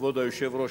כבוד היושב-ראש,